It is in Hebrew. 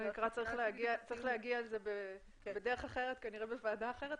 צריך להגיע לזה בדרך אחרת כנראה בוועדה אחרת,